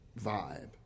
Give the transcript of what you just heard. vibe